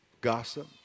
gossip